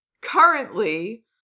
currently